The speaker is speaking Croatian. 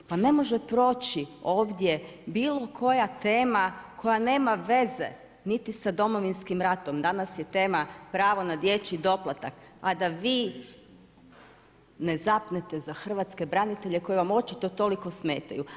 Pa ne može proći bilo koja tema koja nema veza niti sa Domovinskim ratom, danas je tema pravo na dječji doplatak, a da vi ne zapnete za hrvatske branitelje koji vam očito toliko smetaju.